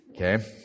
Okay